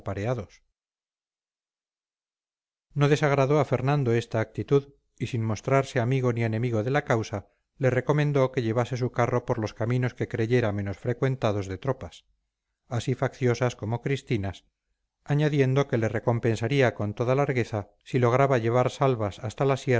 no desagradó a fernando esta actitud y sin mostrarse amigo ni enemigo de la causa le recomendó que llevase su carro por los caminos que creyera menos frecuentados de tropas así facciosas como cristinas añadiendo que le recompensaría con toda largueza si lograba llevar salvas hasta la